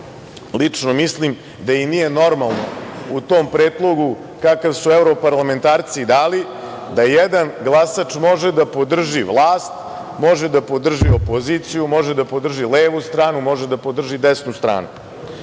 listu. Lično mislim da i nije normalno u tom predlogu, kakav su evroparlamentarci dali, da jedan glasač može da podrži vlast, može da podrži opoziciju, može da podrži levu stranu, može da podrži desnu stranu. Meni